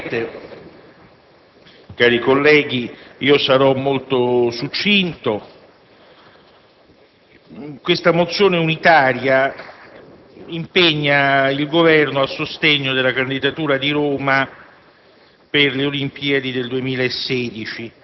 Signor Presidente, cari colleghi, sarò molto succinto. Questa mozione unitaria impegna il Governo a sostegno della candidatura della